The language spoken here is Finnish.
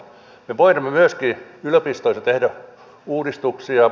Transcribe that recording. me voinemme myöskin yliopistoissa tehdä uudistuksia